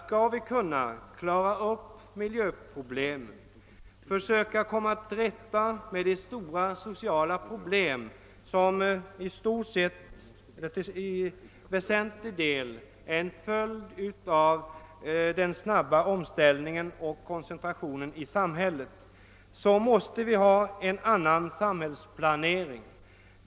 Skall vi kunna klara upp miljöproblemen och försöka komma till rätta med de stora sociala problem som i väsentlig grad är en följd av den snabba omställningen och koncentrationen i samhället, måste vi ha en annan samhällsplanering.